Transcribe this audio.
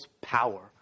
power